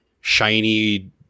shiny